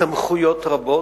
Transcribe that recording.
סמכויות רבות,